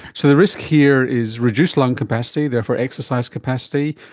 so the risk here is reduced lung capacity, therefore exercise capacity,